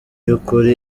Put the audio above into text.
by’ukuri